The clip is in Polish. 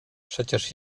przecież